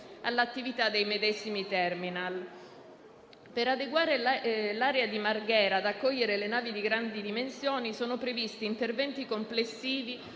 all'attività dei medesimi *terminal*. Per adeguare l'area di Porto Marghera ad accogliere le navi di grandi dimensioni sono previsti interventi complessivi